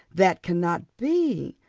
that cannot be,